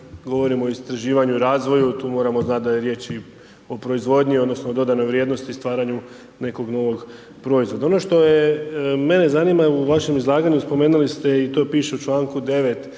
govorimo o istraživanju i razvoju tu moramo znati da je riječ i o proizvodnji odnosno dodanoj vrijednosti i stvaranju nekog novog proizvoda. Mene zanima u vašem izlaganju spomenuli ste i to piše u članku 9.